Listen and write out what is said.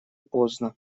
поздно